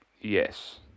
yes